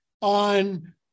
on